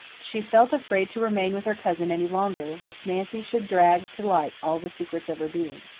she felt afraid to remain with her cousin any longer, lest nancy should drag to light all the secrets of her being.